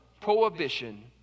prohibition